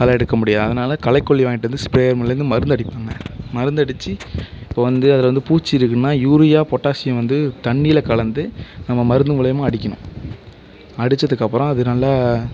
களை எடுக்க முடியாது அதனால் களைக்கொல்லி வாங்கிட்டு வந்து ஸ்பிரேயர் மூலிமா இந்த மருந்து அடிப்பாங்க மருந்து அடித்து இப்போது வந்து அதில் வந்து பூச்சி இருக்குன்னால் யூரியா பொட்டாசியம் வந்து தண்ணியில் கலந்து நம்ம மருந்து மூலிமா அடிக்கணும் அடித்ததுக்கப்பறம் அது நல்லா